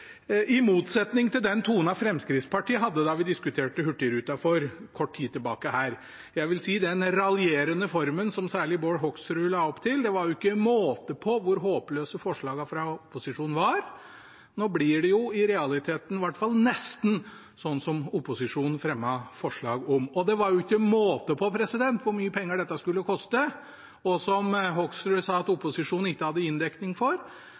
i motsetning til den tonen Fremskrittspartiet hadde da vi diskuterte hurtigruta for kort tid tilbake. Jeg vil si at i den raljerende formen, som særlig Bård Hoksrud la opp til, var det jo ikke måte på hvor håpløse forslagene fra opposisjonen var. Nå blir det i realiteten – i hvert fall nesten – slik som opposisjonen fremmet forslag om. Og det var ikke måte på hvor mye penger dette skulle koste, og som Hoksrud sa at opposisjonen ikke hadde inndekning for.